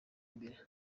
imbere